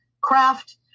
craft